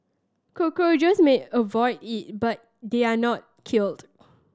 cockroaches may avoid it but they are not killed